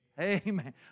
Amen